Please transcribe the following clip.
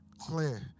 clear